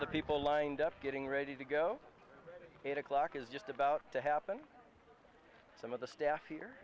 the people lined up getting ready to go eight o'clock is just about to happen some of the staff here